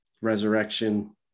resurrection